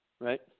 Right